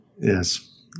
Yes